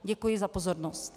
Děkuji za pozornost.